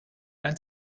ein